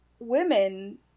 women